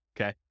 okay